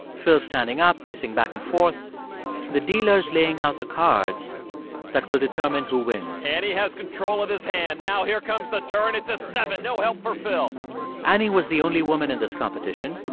phil's standing up, pacing back-and-forth. the dealer's laying out the cards that will determine who wins annie has control of this hand. now here comes the turn. it's a seven no help for phil annie was the only woman in this competition.